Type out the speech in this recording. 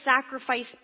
sacrifice